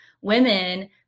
women